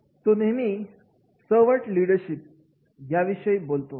तू नेहमी servant leadership याविषयी बोलतो